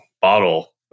bottle